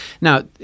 now